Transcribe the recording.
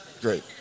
Great